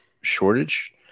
shortage